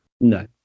no